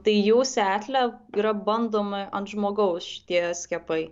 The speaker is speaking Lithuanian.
tai jų setle yra bandomi ant žmogaus šitie skiepai